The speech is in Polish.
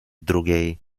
drugiej